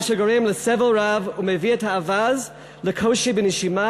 מה שגורם לסבל רב ומביא את האווז לקושי בנשימה